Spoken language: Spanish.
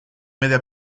media